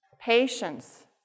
Patience